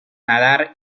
nadar